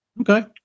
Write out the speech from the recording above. Okay